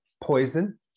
poison